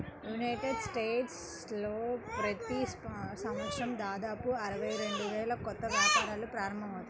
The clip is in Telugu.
యునైటెడ్ స్టేట్స్లో ప్రతి సంవత్సరం దాదాపు అరవై రెండు వేల కొత్త వ్యాపారాలు ప్రారంభమవుతాయి